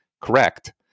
correct